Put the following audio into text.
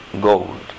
gold